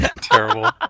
Terrible